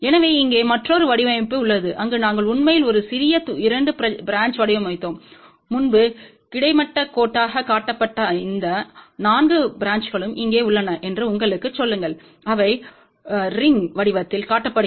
எனவே இங்கே மற்றொரு வடிவமைப்பு உள்ளது அங்கு நாங்கள் உண்மையில் ஒரு சிறிய இரண்டு பிரான்ச்யை வடிவமைத்தோம் முன்பு கிடைமட்ட கோட்டாக காட்டப்பட்ட அந்த நான்கு பிரான்ச்களும் இங்கே உள்ளன என்று உங்களுக்குச் சொல்லுங்கள் அவை ரிங் வடிவத்தில் காட்டப்படுகின்றன